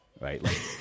right